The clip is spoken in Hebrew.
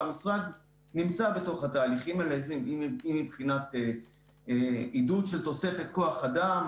והמשרד נמצא בתוך התהליכים האלה מבחינת עידוד של תוספת כוח אדם,